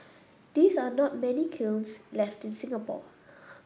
these are not many kilns left in Singapore